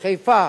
בחיפה,